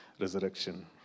Resurrection